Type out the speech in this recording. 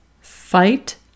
fight